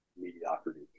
mediocrity